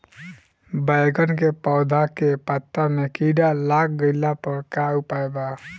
बैगन के पौधा के पत्ता मे कीड़ा लाग गैला पर का उपाय बा?